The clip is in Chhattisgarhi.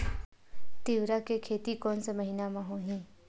तीवरा के खेती कोन से महिना म होही?